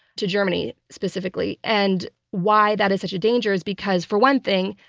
to germany specifically. and why that is such a danger is because, for one thing,